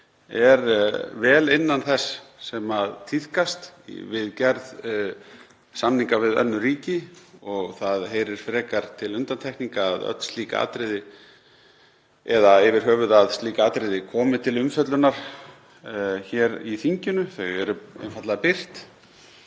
er vel innan þess sem tíðkast við gerð samninga við önnur ríki og það heyrir frekar til undantekninga að slík atriði komi til umfjöllunar hér í þinginu, þau eru einfaldlega birt,